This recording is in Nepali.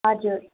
हजुर